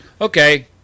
okay